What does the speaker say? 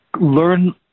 learn